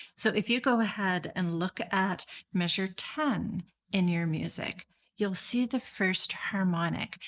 so if you go ahead and look at measure ten in your music you'll see the first harmonic.